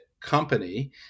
company